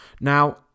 Now